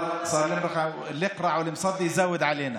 (אומר בערבית: אפילו הקרֵח והחלוד מהמרים נגדנו.)